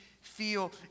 feel